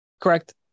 Correct